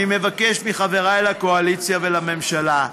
אני מבקש מחבריי לקואליציה ולממשלה: